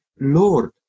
Lord